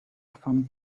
from